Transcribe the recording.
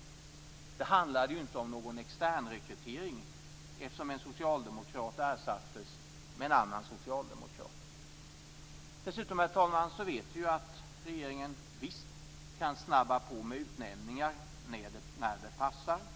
Det handlade ju inte om någon externrekrytering, eftersom en socialdemokrat ersattes med en annan socialdemokrat. Dessutom, herr talman, vet vi att regeringen visst kan snabba på med utnämningar när det passar.